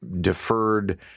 deferred